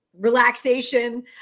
relaxation